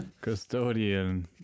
Custodian